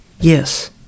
Yes